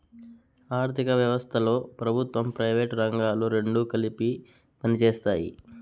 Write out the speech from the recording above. ఆర్ధిక వ్యవస్థలో ప్రభుత్వం ప్రైవేటు రంగాలు రెండు కలిపి పనిచేస్తాయి